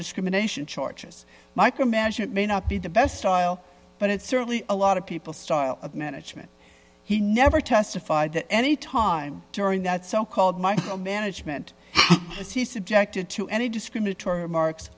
undiscriminating charges micromanagement may not be the best style but it's certainly a lot of people style of management he never testified that any time during that so called micro management to see subjected to any discriminatory remarks